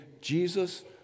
Jesus